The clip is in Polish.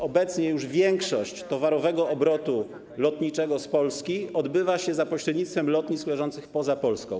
Obecnie już większość towarowego obrotu lotniczego z Polski odbywa się za pośrednictwem lotnisk leżących poza Polską.